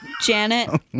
Janet